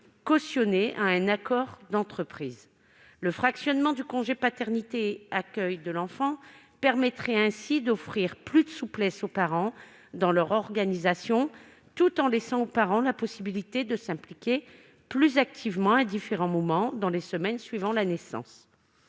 cautionné à un accord d'entreprise. Le fractionnement du congé de paternité et d'accueil de l'enfant permettrait ainsi d'offrir une plus grande souplesse d'organisation aux parents, tout en leur laissant la possibilité de s'impliquer plus activement à différents moments dans les semaines suivant la naissance.